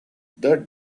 that